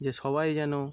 যে সবাই যেন